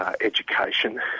education